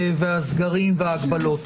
הסגרים וההגבלות,